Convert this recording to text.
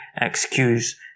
excuse